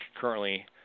currently